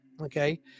okay